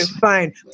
fine